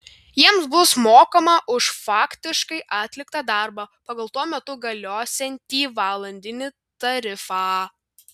jiems bus mokama už faktiškai atliktą darbą pagal tuo metu galiosiantį valandinį tarifą